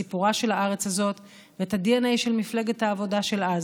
את סיפורה של הארץ הזאת ואת הדנ"א של מפלגת העבודה של אז.